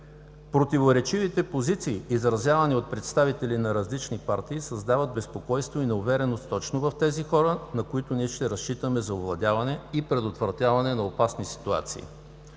Притиворечивите позиции, изразявани от представители на различни партии, създават безпокойство и неувереност точно в тези хора, на които ние ще разчитаме за овладяване и предотвратяване на опасни ситуации.